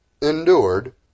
endured